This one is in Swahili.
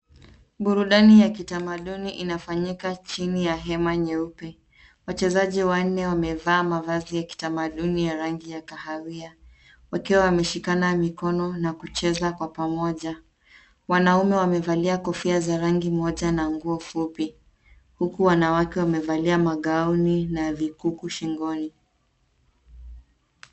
Burudani ya kitamaduni inafanyika chini ya hema nyeupe. Wachezaji wanne wamevaa mavazi ya kitamaduni ya rangi ya kahawia wakiwa wameshikana mikono na kucheza kwa pamoja. Wanaume wamevalia kofia za rangi ya moja na nguo fupi, huku wanawake wamevalia magauni na vikuku shingoni.